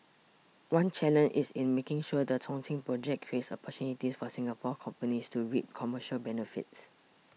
one challenge is in making sure the Chongqing project creates opportunities for Singapore companies to reap commercial benefits